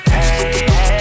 Hey